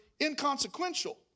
inconsequential